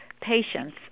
patients